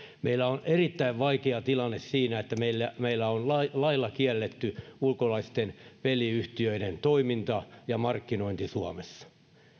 meillä on erittäin vaikea tilanne siinä että meillä on lailla kielletty ulkolaisten peliyhtiöiden toiminta ja markkinointi suomessa